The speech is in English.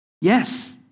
Yes